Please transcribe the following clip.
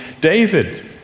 David